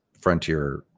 frontier